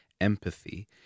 empathy